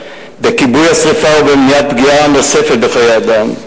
בכיבוי השרפה ובמניעת פגיעה נוספת בחיי אדם.